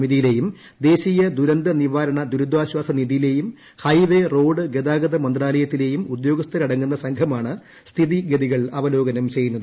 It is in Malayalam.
സമിതിയിലേയും ദേശീയ ദുരന്തനിവാരണ ദുരിതാശ്ചാസ നിധിയിലേയും ഹൈവേ റോഡ് ഗതാഗതമന്ത്രാലയത്തിലേയും ഉദ്യോഗസ്ഥരടങ്ങുന്ന സംഘമാണ് സ്ഥിതി ഗതികൾ അവലോകനം ചെയ്യുന്നത്